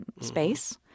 space